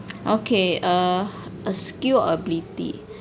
okay a a skill ability